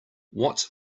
what